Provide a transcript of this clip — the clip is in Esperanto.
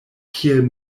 kiel